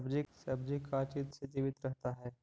सब्जी का चीज से जीवित रहता है?